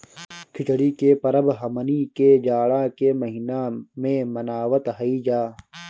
खिचड़ी के परब हमनी के जाड़ा के महिना में मनावत हई जा